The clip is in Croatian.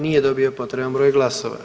Nije dobio potreban broj glasova.